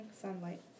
sunlight